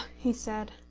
he said,